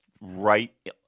right